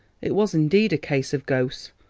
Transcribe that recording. it was indeed a case of ghosts,